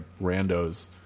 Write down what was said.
randos